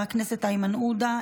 חבר הכנסת איימן עודה,